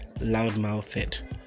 loud-mouthed